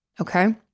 Okay